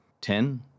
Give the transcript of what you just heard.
Ten